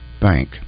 Bank